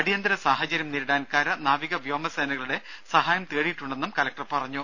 അടിയന്തര സാഹചര്യം നേരിടാൻ കര നാവിക വ്യോമ സേനകളുടെ സഹായം തേടിയിട്ടുണ്ടെന്നും കലക്ടർ പറഞ്ഞു